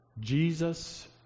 Jesus